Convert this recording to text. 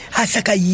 Hasaka